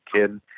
kid